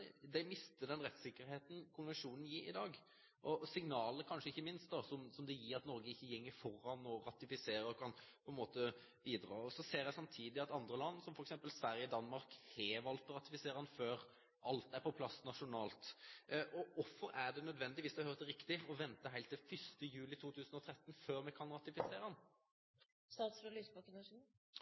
mister den rettssikkerheten som konvensjonen gir i dag, og – kanskje ikke minst – signalet det gir om at Norge ikke går foran og ratifiserer og kan bidra. Så ser en samtidig at andre land, som f.eks. Sverige og Danmark, allerede har ratifisert den før alt er på plass nasjonalt. Hvorfor er det nødvendig – hvis jeg har hørt riktig – å vente helt til 1. juli 2013 før vi kan ratifisere